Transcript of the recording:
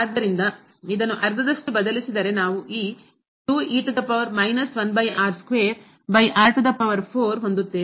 ಆದ್ದರಿಂದ ಇದನ್ನು ಅರ್ಧದಷ್ಟು ಬದಲಿಸಿದರೆ ನಾವು ಈ ಹೊಂದುತ್ತೇವೆ